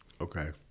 Okay